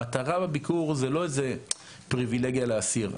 המטרה בביקור זה לא איזה פריבילגיה לאסיר.